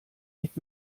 nicht